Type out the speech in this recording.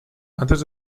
antes